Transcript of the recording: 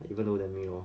like lower than me lor